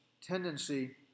tendency